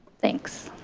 thanks.